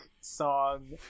song